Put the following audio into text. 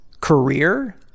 career